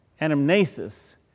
anamnesis